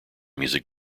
music